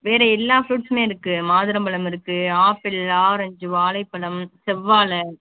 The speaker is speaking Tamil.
வேறு எல்லா ஃப்ரூட்ஸுமே இருக்குது மாதுளம்பழம் இருக்குது ஆப்பிள் ஆரஞ்சு வாழைப்பழம் செவ்வாழை